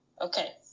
Okay